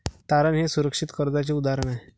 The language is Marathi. तारण हे सुरक्षित कर्जाचे उदाहरण आहे